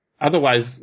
otherwise